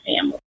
family